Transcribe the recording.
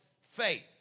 faith